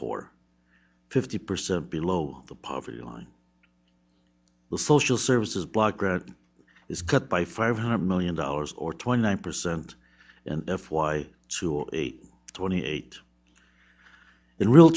poor fifty percent below the poverty line before she'll services block grant is cut by five hundred million dollars or twenty nine percent and f y two zero eight twenty eight in real